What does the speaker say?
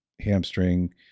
hamstring